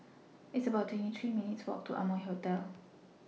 It's about twenty three minutes' Walk to Amoy Hotel